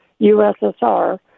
USSR